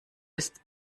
ist